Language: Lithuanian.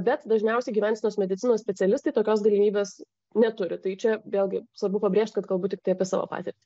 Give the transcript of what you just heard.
bet dažniausiai gyvensenos medicinos specialistai tokios galimybės neturi tai čia vėlgi svarbu pabrėžt kad kalbu tiktai apie savo patirtį